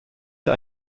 sie